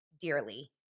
dearly